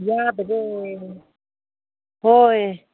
ꯌꯥꯕꯗꯣ ꯍꯣꯏ